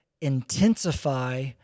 intensify